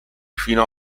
fino